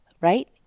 right